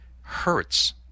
hurts